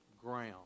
ground